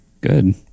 Good